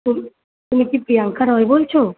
তুমি তুমি কি প্রিয়াংকা রয় বলছো